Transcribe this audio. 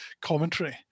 commentary